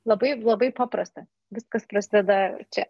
labai labai paprasta viskas prasideda čia